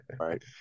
Right